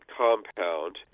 compound